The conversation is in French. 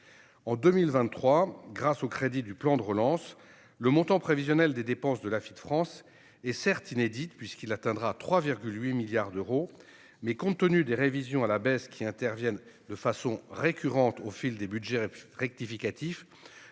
En 2023, grâce aux crédits du plan de relance, le montant prévisionnel des dépenses de l'Afit France est certes inédit, puisqu'il atteindra 3,8 milliards d'euros, mais, compte tenu des révisions à la baisse qui interviennent de façon récurrente au fil des budgets rectificatifs,